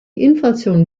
inflation